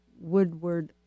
Woodward